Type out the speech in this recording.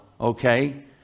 okay